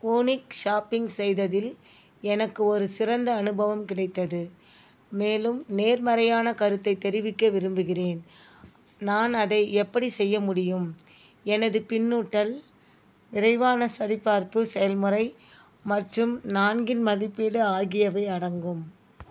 Voonik shopping செய்ததில் எனக்கு ஒரு சிறந்த அனுபவம் கிடைத்தது மேலும் நேர்மறையான கருத்தைத் தெரிவிக்க விரும்புகிறேன் நான் அதை எப்படி செய்ய முடியும் எனது பின்னூட்டல் விரைவான சரிப்பார்ப்பு செயல்முறை மற்றும் நான்கின் மதிப்பீடு ஆகியவை அடங்கும்